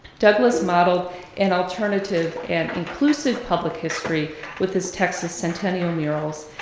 douglas modeled an alternative and inclusive public history with his texas centennial murals,